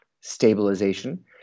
stabilization